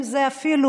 בין אם זה אפילו,